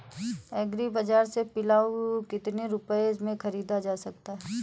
Agree बाजार से plough कितनी रुपये में ख़रीदा जा सकता है?